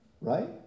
Right